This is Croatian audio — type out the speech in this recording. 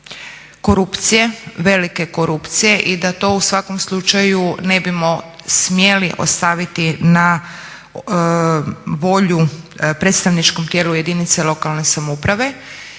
korupcije, velike korupcije i da to u svakom slučaju ne bismo smjeli ostaviti na volju predstavničkom tijelu jedinice lokalne samouprave